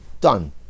Done